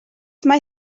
mae